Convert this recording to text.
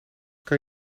kan